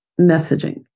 messaging